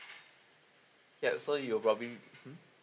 ya so you will probably